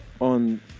on